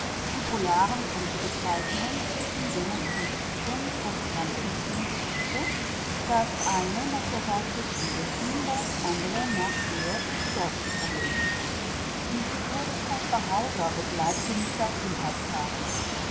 die polaren punkte bezeichnen zwischen denen ich mich suchend und grenzenziehend bewegte das eine nach der seite des jüdischen das andere nach der des deutschen problems die figur des caspar hauser begleitete mich seit